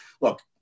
look